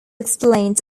explains